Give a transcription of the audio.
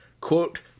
quote